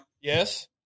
Yes